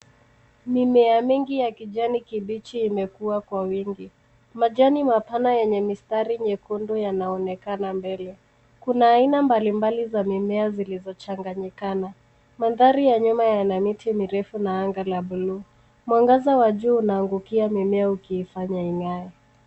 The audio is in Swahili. Mimea mingi ya kijani kibichi imekua kwa wingi. Majani mapana yenye mistari nyekundu yanaonekana mbele. Kuna aina mbalimbali za mimea zilizochanganyikana. Mandhari ya nuyuma yana miti mirefu na anga la buluu. Mwangaza wa jua unaangukia mimea ukiifanya ing'ae.